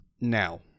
Now